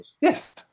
Yes